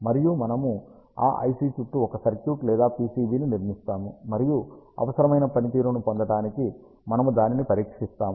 మరియు మనము ఆ IC చుట్టూ ఒక సర్క్యూట్ లేదా PCB ని నిర్మిస్తాము మరియు అవసరమైన పనితీరును పొందడానికి మనము దానిని పరీక్షిస్తాము